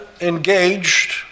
engaged